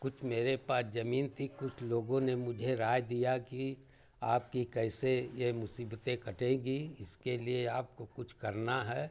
कुछ मेरे पास जमीन थी कुछ लोगों ने मुझे राय दिया कि आपकी कैसे ये मुसीबतें कटेंगी इसके लिए आपको कुछ करना है